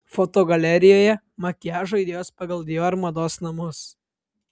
fotogalerijoje makiažo idėjos pagal dior mados namus